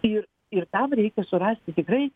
ir ir tam reikia surasti tikrai